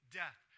death